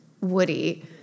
Woody